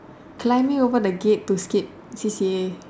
climbing over the gate to skip C_C_A